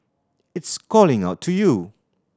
it's calling out to you